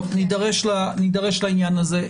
טוב, נידרש לעניין הזה.